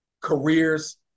careers